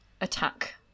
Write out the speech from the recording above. attack